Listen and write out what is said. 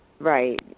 Right